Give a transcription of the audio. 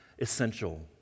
essential